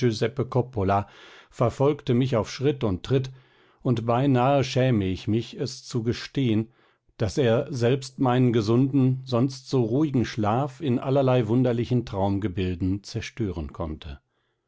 coppola verfolgte mich auf schritt und tritt und beinahe schäme ich mich es zu gestehen daß er selbst meinen gesunden sonst so ruhigen schlaf in allerlei wunderlichen traumgebilden zerstören konnte